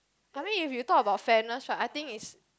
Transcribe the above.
I think if you talk about fairness right I think is